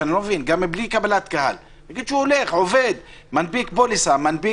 אם אני משרד עורך דין, המשך